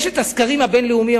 יש הסקרים הבין-לאומיים,